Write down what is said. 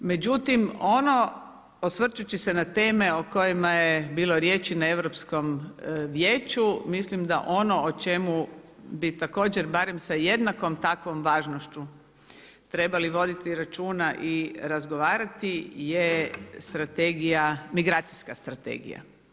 Međutim, ono osvrćući se na teme o kojima je bilo riječi na Europskom vijeću mislim da ono o čemu bi također barem sa jednakom takvom važnošću trebali voditi računa i razgovarati je strategija, migracijska strategija.